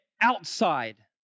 outside